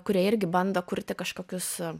kurie irgi bando kurti kažkokius